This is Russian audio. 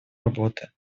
работы